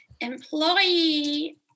Employee